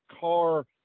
car